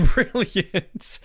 Brilliant